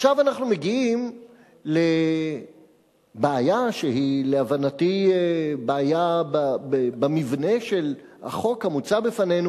עכשיו אנחנו מגיעים לבעיה שהיא להבנתי בעיה במבנה של החוק המוצע בפנינו.